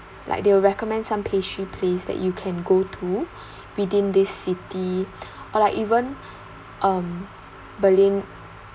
like they will recommend some pastry place that you can go to within this city or like even um berlin